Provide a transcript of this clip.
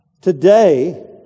today